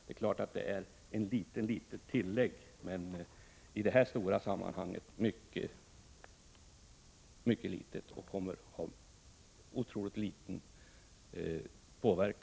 Den summan innebär ett litet tillskott, men i detta stora sammanhang är den mycket liten och skulle få ytterst liten effekt.